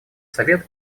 совет